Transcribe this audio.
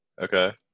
Okay